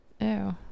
Ew